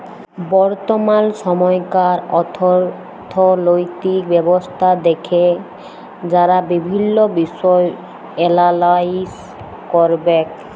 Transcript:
বর্তমাল সময়কার অথ্থলৈতিক ব্যবস্থা দ্যাখে যারা বিভিল্ল্য বিষয় এলালাইস ক্যরবেক